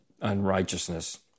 unrighteousness